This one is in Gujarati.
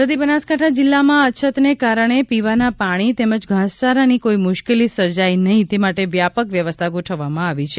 સરહદી બનાસકાંઠા જિલ્લામાં અછતને કારણે પીવાના પાણી તેમજ ઘાસચારાની કોઇ મુશ્કેલી સર્જાય નહીં તે માટે વ્યાપક વ્યવસ્થા ગોઠવવામાં આવી છે